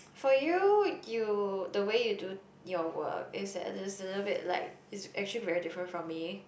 for you you the way you do your work it's a~ a little bit like it's actually very different from me